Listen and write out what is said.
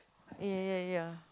ya ya ya